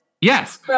Yes